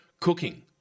Cooking